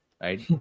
right